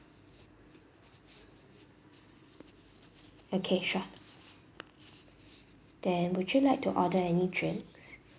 okay sure then would you like to order any drinks